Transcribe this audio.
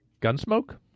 Gunsmoke